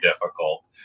difficult